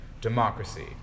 Democracy